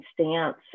stance